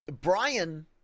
brian